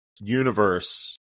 universe